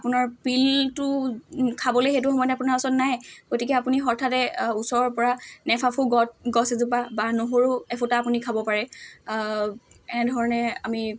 আপোনাৰ পিলটো খাবলৈ সেইটো সময়তে আপোনাৰ ওচৰত নাই গতিকে আপুনি হঠাতে ওচৰৰ পৰা নেফাফু গছ এজোপা বা নহৰু এফুটা আপুনি খাব পাৰে এনেধৰণে আমি